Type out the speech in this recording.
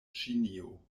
ĉinio